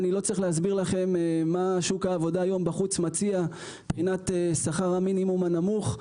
אני לא צריך להסביר לכם מה שוק העבודה מציע מבחינת שכר המינימום הנמוך.